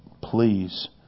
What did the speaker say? please